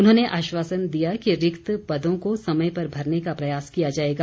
उन्होंने आश्वासन दिया कि रिक्त पदों को सयम पर भरने का प्रयास किया जाएगा